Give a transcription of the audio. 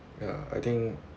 ya I think